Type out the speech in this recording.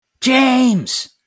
James